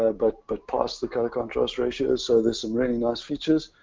ah but but past the color contrast ratio. so there's some really nice features.